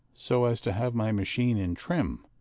so as to have my machine in trim,